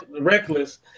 reckless